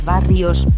Barrios